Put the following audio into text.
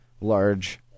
large